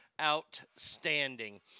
Outstanding